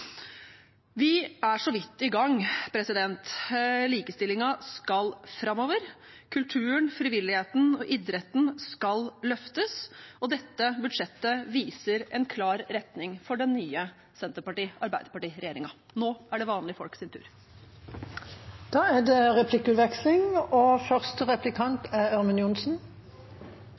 Vi er så vidt i gang. Likestillingen skal framover. Kulturen, frivilligheten og idretten skal løftes, og dette budsjettet viser en klar retning for den nye Senterparti–Arbeiderparti-regjeringen. Nå er det vanlige